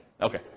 okay